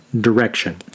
direction